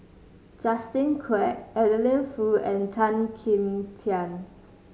Justin Quek Adeline Foo and Tan Kim Tian